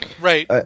Right